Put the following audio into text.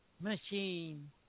machine